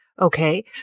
Okay